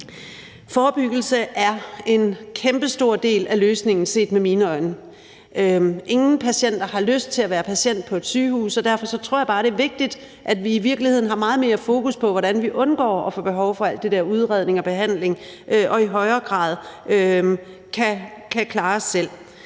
Forebyggelse er kæmpestor del af løsningen set med mine øjne. Ingen patienter har lyst til at være patient på et sygehus, og derfor tror jeg bare, det er vigtigt, at vi i virkeligheden har meget mere fokus på, hvordan vi undgår at få behov for alt det der udredning og behandling og hvordan vi i højere grad kan klare os selv.